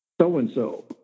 so-and-so